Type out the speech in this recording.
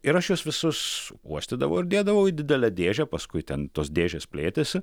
ir aš juos visus uostydavo ir dėdavau į didelę dėžę paskui ten tos dėžės plėtėsi